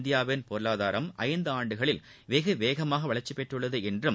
இந்தியாவின் பொருளாதாரம் ஐந்து ஆண்டுகளில் வெகுவேகமாக வளர்ச்சி பெற்றுள்ளது என்றும்